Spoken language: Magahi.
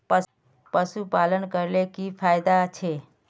पशुपालन करले की की फायदा छे?